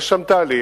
יש שם תהליך,